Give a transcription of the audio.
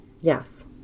Yes